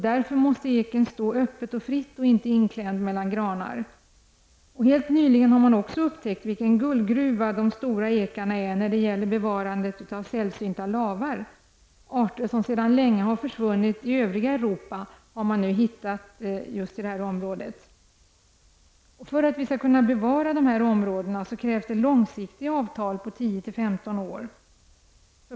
Därför måste eken stå öppet och fritt och inte inklämd mellan granar. Helt nyligen har man också upptäckt vilken ''guldgruva'' de stora ekarna är när det gäller bevarandet av sällsynta lavar. Arter som sedan länge är försvunna i övriga Europa har man hittat just i de här områdena. För att vi skall kunna bevara dessa områden krävs det långsiktiga avtal på 10--15 år.